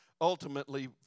ultimately